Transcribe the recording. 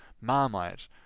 Marmite